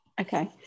Okay